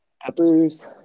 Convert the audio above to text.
Peppers